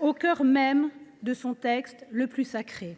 au cœur même de son texte le plus sacré.